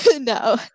No